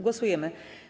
Głosujemy.